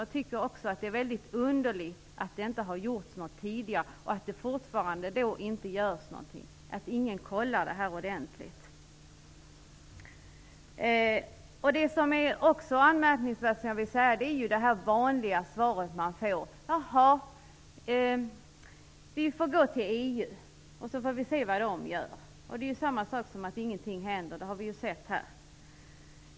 De tycker också att det är mycket underligt att det inte har gjorts något tidigare och att det fortfarande inte görs något och att ingen kollar detta ordentligt. Det är också anmärkningsvärt att man får det vanliga svaret att vi får gå till EU. Sedan får vi se vad de gör. Det är ju samma sak som att ingenting händer. Det har vi ju sett tidigare.